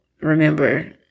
remember